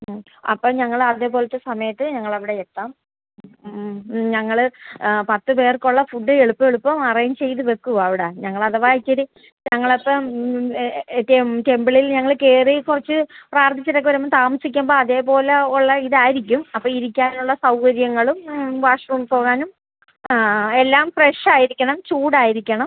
മ് അപ്പം ഞങ്ങൾ അതേപോലത്തെ സമയത്ത് ഞങ്ങൾ അവിടെ എത്താം മ് ഞങ്ങൾ പത്ത് പേർക്കുള്ള ഫുഡ് എളുപ്പം എളുപ്പം അറേഞ്ച് ചെയ്ത് വയ്ക്കുമോ അവിടെ ഞങ്ങൾ അഥവാ ഇച്ചിരി ഞങ്ങൾ അപ്പം ടെം ടെമ്പിളിൽ ഞങ്ങൾ കയറി കുറച്ച് പ്രാർത്ഥിച്ചിട്ടൊക്കെ വരുമ്പം താമസിക്കുമ്പം അതേപോലെ ഉള്ള ഇതായിരിക്കും അപ്പം ഇരിക്കാനുള്ള സൗകര്യങ്ങളും വാഷ്റൂം പോകാനും ആ എല്ലാം ഫ്രഷ് ആയിരിക്കണം ചൂടായിരിക്കണം